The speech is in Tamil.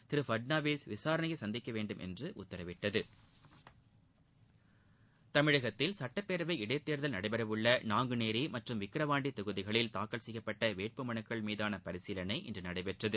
திரு பட்னாவிஸ் விசாரணையை சந்திக்க வேண்டும் என்று உத்தரவிட்டுள்ளது சுட்டப்பேரவை இடைத்தேர்தல் நடைபெற உள்ள நாங்குநேரி மற்றும் விக்கிரவாண்டி தொகுதிகளில் தாக்கல் செய்யப்பட்ட வேட்பு மனுக்கள் மீதான பரிசீலனை இன்று நடைபெற்றது